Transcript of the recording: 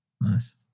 Nice